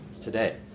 today